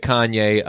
Kanye